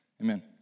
Amen